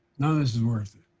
none of this is worth it,